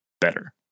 better